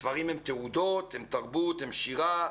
ספרים הם תעודות, הם תרבות והם שירה.